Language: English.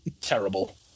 Terrible